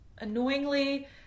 annoyingly